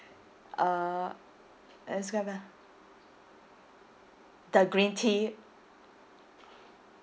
uh the green tea